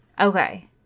Okay